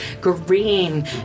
green